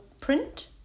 print